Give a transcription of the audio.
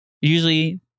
usually